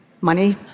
Money